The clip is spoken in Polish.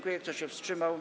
Kto się wstrzymał?